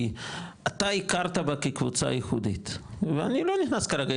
כי אתה הכרת בה כקבוצה ייחודית ואני לא נכנס כרגע,